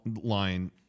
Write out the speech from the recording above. line